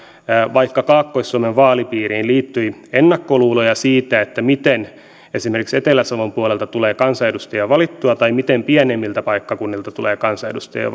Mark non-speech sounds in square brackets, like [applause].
vaikka kaakkois suomen vaalipiiriin liittyi ennakkoluuloja siitä miten esimerkiksi etelä savon puolelta tulee kansanedustajia valittua tai miten pienemmiltä paikkakunnilta tulee kansanedustajia [unintelligible]